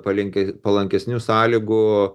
palinkei palankesnių sąlygų